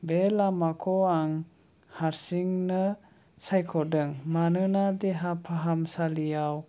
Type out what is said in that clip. बे लामाखौ आं हारसिंनो सायख'दों मानोना देहा फाहामसालियाव